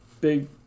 big